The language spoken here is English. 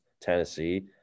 Tennessee